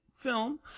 film